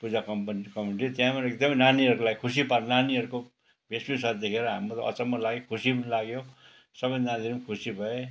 पूजा कम् कमेटी त्यहाँ पनि एकदम नानीहरूलाई खुसी पार्न नानीहरूको भेषभूषाहरू देखेर हामीलाई अचम्म लाग्यो खुसी पनि लाग्यो सबै नानीहरु पनि खुसी भए